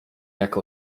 jak